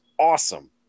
awesome